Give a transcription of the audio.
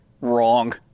wrong